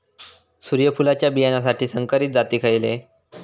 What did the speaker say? सूर्यफुलाच्या बियानासाठी संकरित जाती खयले?